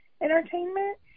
entertainment